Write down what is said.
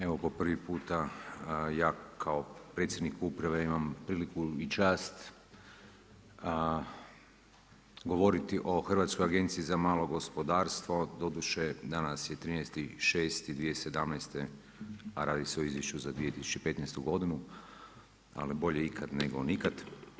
Evo po prvi puta, ja kao predsjednik uprave imam priliku i čast govoriti o Hrvatskoj agenciji za malo gospodarstvo, doduše, danas je 13.6.2017. a radi se o izvješće za 2015. godinu, al bolje ikad nego nikad.